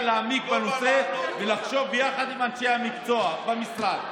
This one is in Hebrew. להעמיק בנושא ולחשוב ביחד עם אנשי המקצוע במשרד.